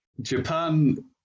Japan